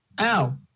Ow